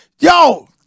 Yo